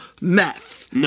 meth